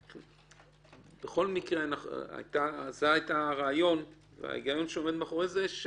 בכל מקרה, זה היה הרעיון שעומד מאחורי זה,